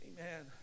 Amen